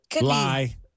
Lie